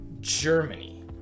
Germany